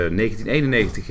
1991